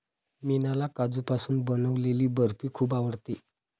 मीनाला काजूपासून बनवलेली बर्फी खूप आवडते